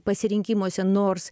pasirinkimuose nors